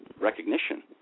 recognition